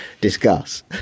Discuss